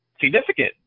significant